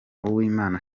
uwimana